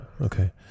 okay